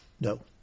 No